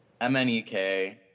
MNEK